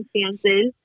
circumstances